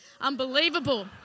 Unbelievable